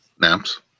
Naps